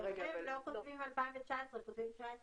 צבא חיילים שעושים את העבודה בשטח,